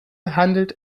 handelt